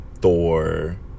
Thor